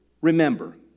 remember